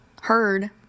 heard